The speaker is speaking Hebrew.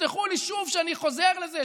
ותסלחו לי שאני שוב חוזר לזה,